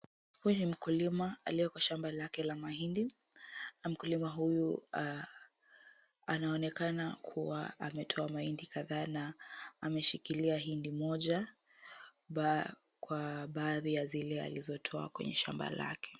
Huyu ni mkulima aliyo kwa shamba lake la mahindi, mkulima huyu anaonekana kuwa ametoa mahindi kadhaa na ameshikilia hindi moja kwa baadhi ya zile alizotoa kwenye shamba lake.